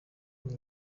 ari